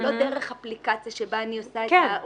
לא דרך אפליקציה בה אני מעבירה.